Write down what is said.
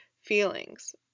feelings